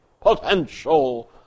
potential